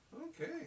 okay